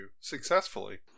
successfully